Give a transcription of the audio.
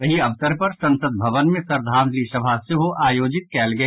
एहि अवसर पर संसद भवन मे श्रद्धांजलि सभा सेहो आयोजित कयल गेल